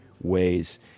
Ways